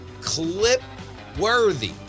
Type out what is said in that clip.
clip-worthy